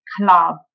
Club